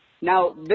Now